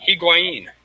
Higuain